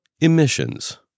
Emissions